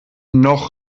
noch